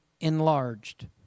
enlarged